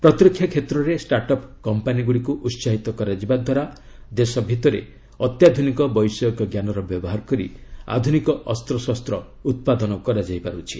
ପ୍ରତିରକ୍ଷା କ୍ଷେତ୍ରରେ ଷ୍ଟାର୍ଟଅପ୍ କମ୍ପାନୀଗୁଡ଼ିକୁ ଉତ୍ସାହିତ କରାଯିବା ଦ୍ୱାରା ଦେଶ ଭିତରେ ଅତ୍ୟାଧୁନିକ ବୈଷୟିକ ଜ୍ଞାନର ବ୍ୟବହାର କରି ଆଧୁନିକ ଅସ୍ତ୍ରଶସ୍ତ୍ର ଉତ୍ପାଦନ କରାଯାଇପାରୁଛି